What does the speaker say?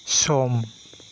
सम